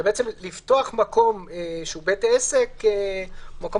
זה בעצם לפתוח מקום שהוא בית עסק או מקום